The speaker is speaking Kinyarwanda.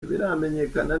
ntibiramenyekana